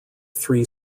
three